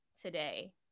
today